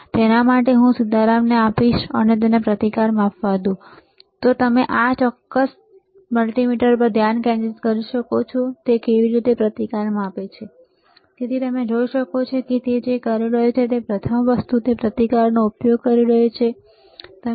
તો તેના માટે હું સીતારામને આપીશ અને તેને પ્રતિકાર માપવા દો અને તમે આ ચોક્કસ મલ્ટિમીટર પર ધ્યાન કેન્દ્રિત કરી શકો છો તે કેવી રીતે પ્રતિકાર માપે છે તેથી તમે જોઈ શકો છો કે તે જે કરી રહ્યો છે તે પ્રથમ વસ્તુ તે પ્રતિકારનો ઉપયોગ કરી રહ્યો છે ખરું